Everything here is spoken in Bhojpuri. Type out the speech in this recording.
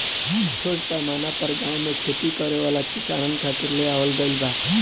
इ छोट पैमाना पर गाँव में खेती करे वाला किसानन खातिर ले आवल गईल बा